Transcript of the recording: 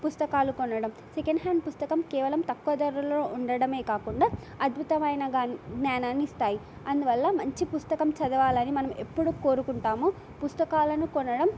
పుస్తకాలు కొనడం second hand పుస్తకం కేవలం తక్కువ ధరలో ఉండడమే కాకుండా అద్భుతమైన జ్ఞానాన్ని ఇస్తాయి అందువల్ల మంచి పుస్తకం చదవాలని మనం ఎప్పుడూ కోరుకుంటాము పుస్తకాలను కొనడం